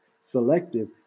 selective